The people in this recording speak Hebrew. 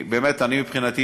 מבחינתי,